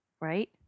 right